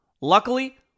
Luckily